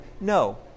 no